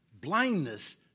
blindness